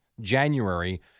January